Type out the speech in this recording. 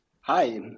Hi